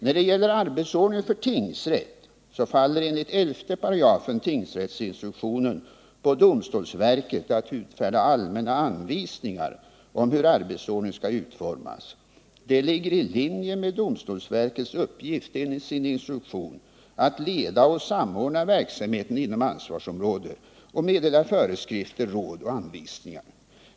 När det gäller arbetsordningen för tingsrätt ankommer det enligt 11 § tingsrättsinstruktionen på domstolsverket att utfärda allmänna anvisningar om hur arbetsordningen skall utformas. Det ligger i linje med domstolsverkets uppgift enligt dess instruktion att leda och samordna verksamheten inom ansvarsområdet och att meddela föreskrifter, råd och anvisningar.